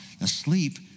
asleep